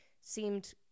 seemed